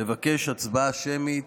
לבקש הצבעה שמית,